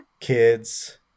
kids